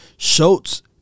Schultz